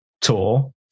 tour